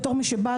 בתור מי שבאה,